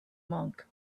monk